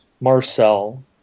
Marcel